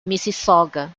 mississauga